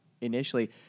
initially